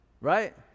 right